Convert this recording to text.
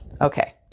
Okay